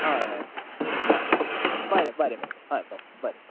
हय हय हय बरें बरें हय बरें बरें